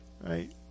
Right